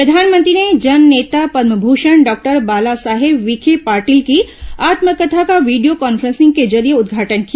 प्रधानमंत्री ने जन नेता पदमभूषण डॉक्टर बालासाहेब विखे पाटिल की आत्मकथा का वीडियो कान्फ्रेंसिंग के जरिये उदघाटन किया